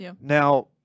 Now